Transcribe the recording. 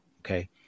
Okay